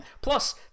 Plus